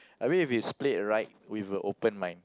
I mean if it's played right with a open mind